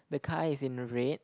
the car is in red